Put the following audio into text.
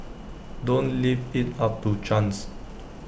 don't leave IT up to chance